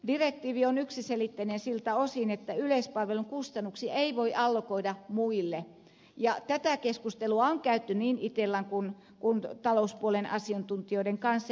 direktiivi on yksiselitteinen siltä osin että yleispalvelun kustannuksia ei voi allokoida muille ja tätä keskustelua on käyty niin itellan kuin talouspuolen asiantuntijoiden kanssa